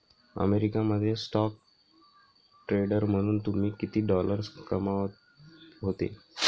America मध्ये stock trader म्हणून तुम्ही किती डॉलर्स कमावत होते